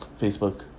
Facebook